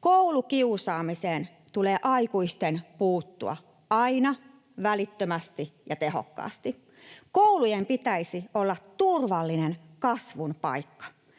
Koulukiusaamiseen tulee aikuisten puuttua aina välittömästi ja tehokkaasti. Koulujen pitäisi olla turvallinen kasvun paikka,